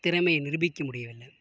திறமையை நிருபிக்கமுடியவில்லை